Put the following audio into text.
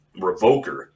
Revoker